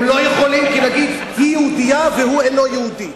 הם לא יכולים כי נניח היא יהודייה והוא לא יהודי,